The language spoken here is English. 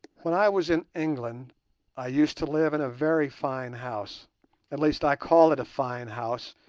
when i was in england i used to live in a very fine house at least i call it a fine house,